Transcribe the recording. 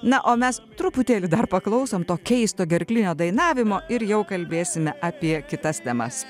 na o mes truputėlį dar paklausom to keisto gerklinio dainavimo ir jau kalbėsime apie kitas temas